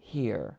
here